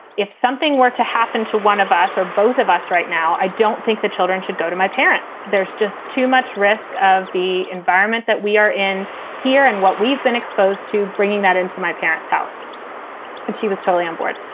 if something were to happen to one of us or both of us right now, i don't think the children should go to my parents. there's just too much risk of the environment that we are in here and what we've been exposed to. bringing that into my parents house and she was totally on board.